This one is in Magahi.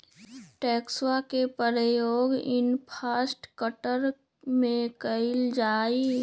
टैक्सवा के प्रयोग इंफ्रास्ट्रक्टर में कइल जाहई